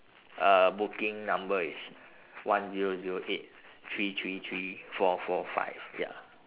uh booking number is one zero zero eight three three three four four five ya